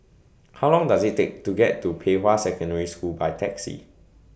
How Long Does IT Take to get to Pei Hwa Secondary School By Taxi